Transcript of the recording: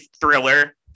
thriller